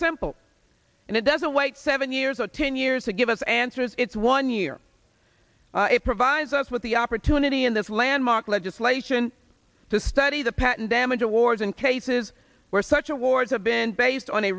simple and it doesn't wait seven years or ten years to give us answers it's one year it provides us with the opportunity in this way landmark legislation to study the patent damage awards in cases where such awards have been based on a